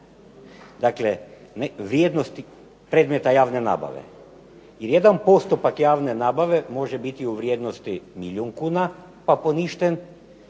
Dakle, ne vrijednosti predmeta javne nabave, jer jedan postupak javne nabave može biti u vrijednosti milijun kuna, pa poništen